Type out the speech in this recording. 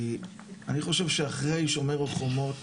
כי אני חושב שאחרי שומר החומות